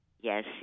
yes